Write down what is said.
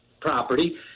property